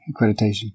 accreditation